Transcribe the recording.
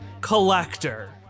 collector